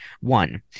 one